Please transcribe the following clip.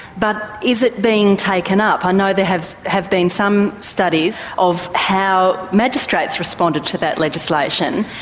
but is it being taken up? i know there have have been some studies of how magistrates responded to that legislation.